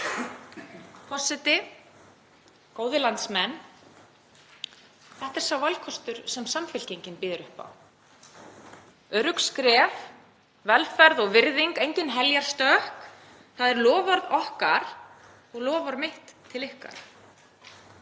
Forseti. Góðir landsmenn. Þetta er sá valkostur sem Samfylkingin býður upp á: Örugg skref, velferð og virðing — engin heljarstökk. Það er loforð okkar og loforð mitt til ykkar.